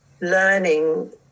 learning